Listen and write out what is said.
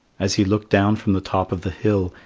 as he looked down from the top of the hill,